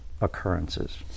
occurrences